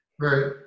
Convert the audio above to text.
Right